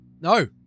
No